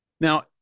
now